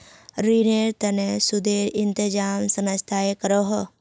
रिनेर तने सुदेर इंतज़ाम संस्थाए करोह